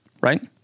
right